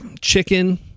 chicken